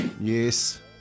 Yes